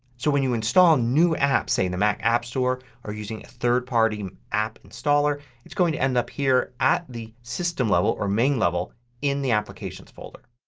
so when you install new apps, say in the mac app store or using a third party app installer, it's going to end up here at the system level or main level in the applications folder.